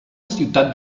ciutat